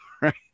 right